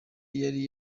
yari